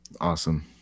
Awesome